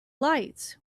lights